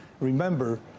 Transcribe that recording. Remember